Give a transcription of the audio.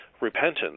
repentance